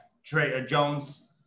Jones